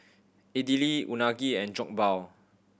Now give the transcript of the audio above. Idili Unagi and Jokbal